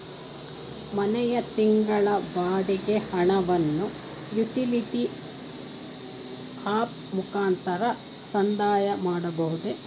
ಮನೆಯ ತಿಂಗಳ ಬಾಡಿಗೆ ಹಣವನ್ನು ಯುಟಿಲಿಟಿ ಆಪ್ ಮುಖಾಂತರ ಸಂದಾಯ ಮಾಡಬಹುದೇ?